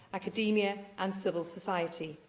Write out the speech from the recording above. academia and civil society.